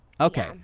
Okay